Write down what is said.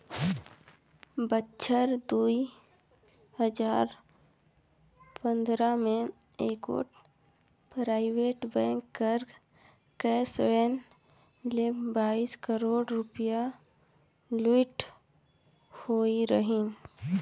बछर दुई हजार पंदरा में एगोट पराइबेट बेंक कर कैस वैन ले बाइस करोड़ रूपिया लूइट होई रहिन